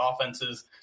offenses